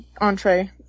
Entree